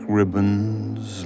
ribbons